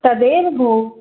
तदेव भोः